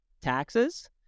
taxes